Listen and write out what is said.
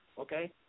okay